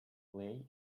play